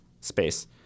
space